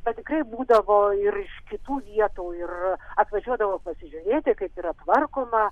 bet tikrai būdavo ir kitų vietų ir atvažiuodavo pasižiūrėti kaip yra tvarkoma